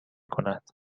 کند